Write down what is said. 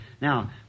Now